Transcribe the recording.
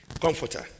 comforter